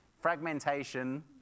Fragmentation